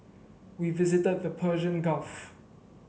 we visited the Persian Gulf